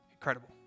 incredible